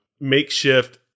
makeshift